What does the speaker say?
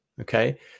Okay